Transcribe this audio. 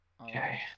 Okay